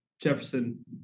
Jefferson